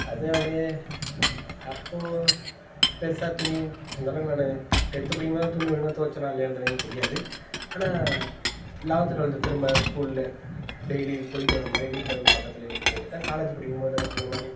அது அப்படியே அப்போது பெருசாக துணி அந்த அளவுக்கு நான் டென்த் படிக்கும் போது நான் துணி ஒழுங்காக துவச்சேனா இல்லையான்றதே எனக்கு தெரியாது ஆனால் லெவென்த்து ட்வெல்த்து திரும்ப ஸ்கூல்ல டெய்லி போய்விட்டு வரமாதிரி வீட்டுலிருந்து பக்கத்துலேயே இருந்துவிட்டேன் காலேஜ்ஜு படிக்கும் போது அந்தமாதிரி